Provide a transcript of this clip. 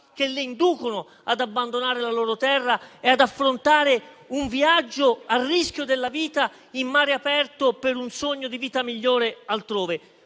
che le inducono ad abbandonare la loro terra e ad affrontare un viaggio a rischio della vita in mare aperto per un sogno di vita migliore altrove?